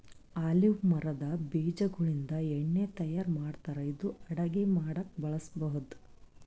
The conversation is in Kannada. ಆಲಿವ್ ಮರದ್ ಬೀಜಾಗೋಳಿಂದ ಎಣ್ಣಿ ತಯಾರ್ ಮಾಡ್ತಾರ್ ಇದು ಅಡಗಿ ಮಾಡಕ್ಕ್ ಬಳಸ್ಬಹುದ್